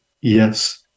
Yes